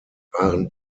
waren